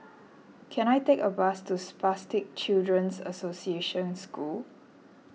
can I take a bus to Spastic Children's Association School